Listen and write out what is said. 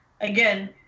again